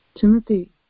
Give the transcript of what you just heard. Timothy